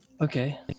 Okay